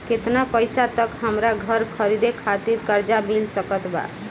केतना पईसा तक हमरा घर खरीदे खातिर कर्जा मिल सकत बा?